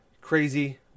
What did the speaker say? crazy